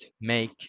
make